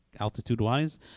altitude-wise